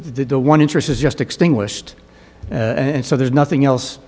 the one interest is just extinguished and so there's nothing else